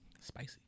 spicy